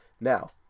Now